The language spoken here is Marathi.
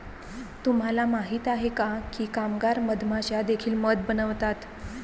तुम्हाला माहित आहे का की कामगार मधमाश्या देखील मध बनवतात?